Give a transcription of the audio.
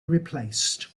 replaced